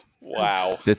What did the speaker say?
Wow